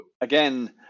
again